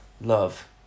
love